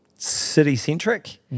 city-centric